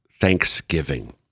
Thanksgiving